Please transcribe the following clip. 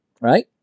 Right